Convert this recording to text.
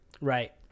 Right